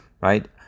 right